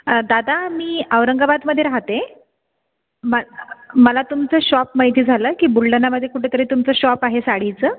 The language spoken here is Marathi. अं दादा मी औरंगाबादमध्ये राहते म मला तुमचं शॉप माहिती झालं की बुलढाणामध्ये कुठेतरी तुमचं शॉप आहे साडीचं